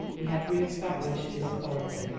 he had re-established his authority.